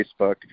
Facebook